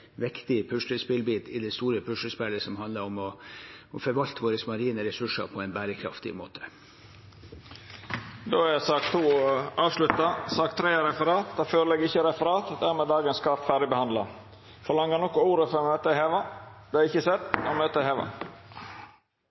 viktig puslespillbit i det store puslespillet som handler om å forvalte våre marine ressurser på en bærekraftig måte. Dermed er sak nr. 2 avslutta. Det ligg ikkje føre noko referat. Dermed er dagens kart ferdig behandla. Ber nokon om ordet før møtet vert heva? – Møtet er heva.